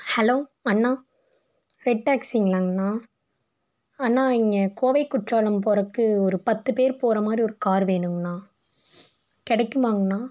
hello அண்ணா red டாக்ஸிங்களாங்ண்ணா அண்ணா நீங்கள் கோவை குற்றாலம் போகிறதுக்கு ஒரு பத்து பேர் போகிற மாதிரி ஒரு கார் வேணுங்ண்ணா கிடைக்குமாங்ண்ணா